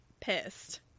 pissed